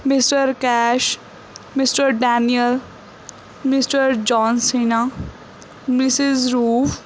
mister cash mister Daniel mister John Cena missus roof